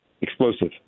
Explosive